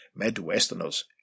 Midwesterners